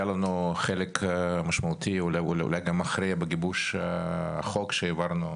היה לנו חלק משמעותי אולי גם אחרי בגיבוש החוק שהעברנו